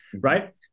right